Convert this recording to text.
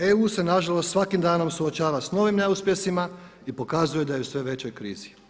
EU se nažalost svakim danom suočava s novim neuspjesima i pokazuje da je u sve većoj krizi.